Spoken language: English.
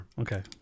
Okay